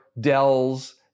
Dell's